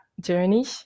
journey